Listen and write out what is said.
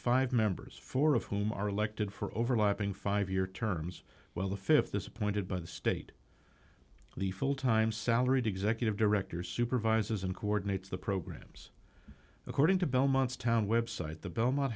five members four of whom are elected for overlapping five year terms well the th this appointed by the state the full time salaried executive director supervises and coordinates the programs according to belmont's town website the belmont